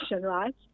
right